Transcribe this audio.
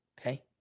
okay